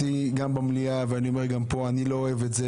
גם במליאה ואני אומר גם פה: אני לא אוהב טוב,